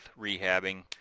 rehabbing